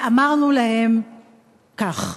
ואמרנו להם כך: